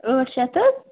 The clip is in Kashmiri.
ٲٹھ شیٚتھ حظ